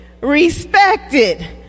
respected